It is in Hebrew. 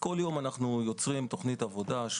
בכל יום אנחנו יוצרים תוכנית עבודה יומית,